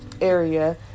area